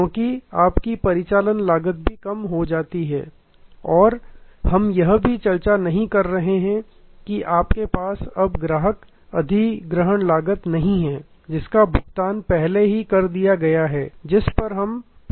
क्योंकि आपकी परिचालन लागत भी कम हो जाती है और हम यह भी चर्चा नहीं कर रहे हैं कि आपके पास अब ग्राहक अधिग्रहण लागत नहीं है जिसका भुगतान पहले से ही कर दिया गया है जिस पर हम पहले चर्चा कर चुके हैं